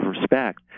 respect